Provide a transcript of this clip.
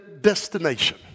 destination